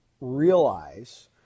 realize